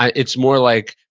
it's more like,